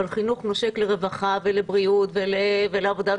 אבל חינוך נושק לרווחה ולבריאות ולעבודה,